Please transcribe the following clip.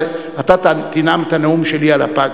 אז אתה תנאם את הנאום שלי על הפג,